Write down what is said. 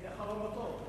אני האחרון בתור.